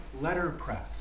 letterpress